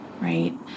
right